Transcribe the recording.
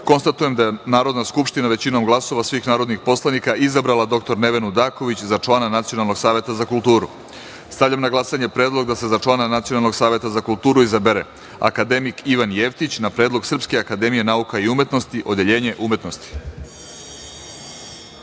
jedan. Konstatujem da je Narodna skupština većinom glasova svih narodnih poslanika izabrala dr Nevenu Daković za člana Nacionalnog saveta za kulturu. Stavljam na glasanje predlog da se za člana Nacionalnog saveta za kulturu izabere akademik Ivan Jevtić, na predlog Srpske akademije nauka i umetnosti, Odeljenja